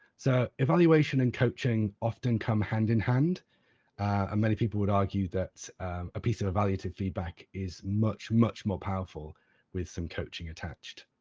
so, evaluation and coaching often come hand in hand, and many people would argue that a piece of evaluative feedback is much, much more powerful with some coaching attached.